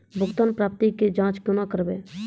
भुगतान प्राप्ति के जाँच कूना करवै?